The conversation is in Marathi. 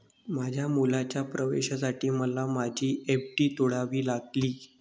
माझ्या मुलाच्या प्रवेशासाठी मला माझी एफ.डी तोडावी लागली